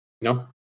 No